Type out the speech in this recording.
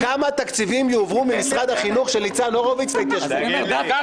כמה תקציבים יועברו ממשרד החינוך של ניצן הורוביץ' להתיישבות?